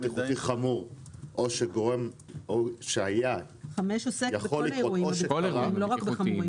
בטיחותיים חמורים או כאלה שהיו יכולים לגרום לאירוע בטיחותי חמור.